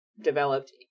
developed